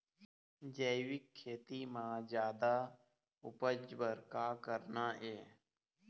जैविक खेती म जादा उपज बर का करना ये?